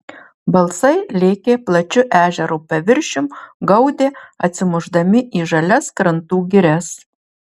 balsai lėkė plačiu ežero paviršium gaudė atsimušdami į žalias krantų girias